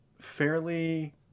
fairly